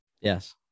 Yes